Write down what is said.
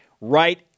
right